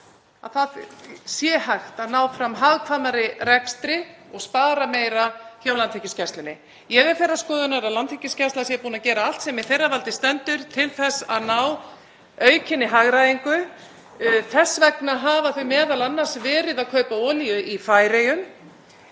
að það sé hægt að ná fram hagkvæmari rekstri og spara meira hjá Landhelgisgæslunni. Ég er þeirrar skoðunar að Landhelgisgæslan sé búin að gera allt sem í hennar valdi stendur til þess að ná aukinni hagræðingu og þess vegna hefur hún m.a. verið að kaupa olíu í Færeyjum.